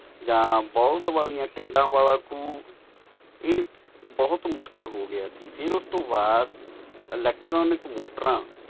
ਜਾਂ ਬੋਲਦ ਵਾਲੀਆਂ ਟਿੰਡਾਂ ਵਾਲਾ ਖੂਹ ਇਹ ਬਹੁਤ ਮੁਸ਼ਕਿਲ ਹੋ ਗਿਆ ਸੀ ਫੇਰ ਉਸ ਤੋਂ ਬਾਅਦ ਇਲੈਕਟ੍ਰੋਨਿਕ ਮੋਟਰਾਂ